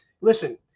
Listen